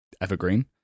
evergreen